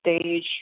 stage